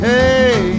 Hey